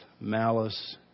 malice